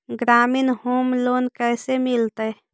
ग्रामीण home loan कैसे मिलतै?